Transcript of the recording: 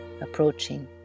approaching